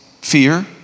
fear